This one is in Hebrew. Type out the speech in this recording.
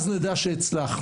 אז נדע שהצלחנו,